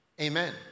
Amen